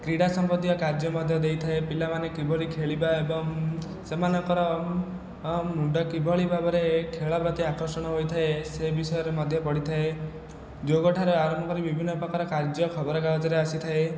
କ୍ରୀଡ଼ା ସମ୍ବନ୍ଧୀୟ କାର୍ଯ୍ୟ ମଧ୍ୟ ଦେଇଥାଏ ପିଲାମାନେ କିଭଳି ଖେଳିବା ଏବଂ ସେମାନଙ୍କର ମୁଣ୍ଡ କିଭଳି ଭାବରେ ଖେଳ ପ୍ରତି ଆକର୍ଷଣ ହୋଇଥାଏ ସେ ବିଷୟରେ ମଧ୍ୟ ପଢ଼ିଥାଏ ଯୋଗ ଠାରୁ ଆରମ୍ଭ କରି ବିଭିନ୍ନ ପ୍ରକାର କାର୍ଯ୍ୟ ଖବର କାଗଜରେ ଆସିଥାଏ